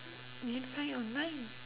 then find it online